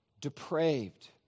depraved